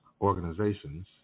organizations